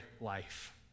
life